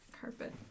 Carpet